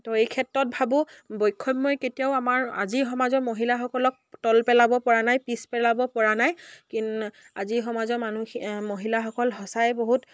তো এই ক্ষেত্ৰত ভাবো বৈষম্যই কেতিয়াও আমাৰ আজি সমাজৰ মহিলাসকলক তল পেলাব পৰা নাই পিচ পেলাব পৰা নাই কি আজিৰ সমাজৰ মানুহ মহিলাসকল সঁচাই বহুত